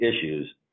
issues